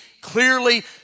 clearly